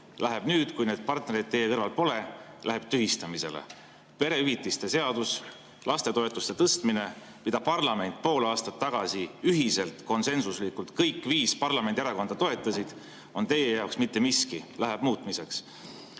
läheb nüüd, kui need partnerid teie kõrval pole, tühistamisele. Perehüvitiste seadus, lastetoetuste tõstmine, mida parlament pool aastat tagasi ühiselt, konsensuslikult toetas, kõik viis parlamendierakonda toetasid, on teie jaoks mitte miski, läheb muutmiseks.